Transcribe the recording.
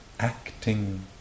Acting